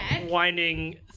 winding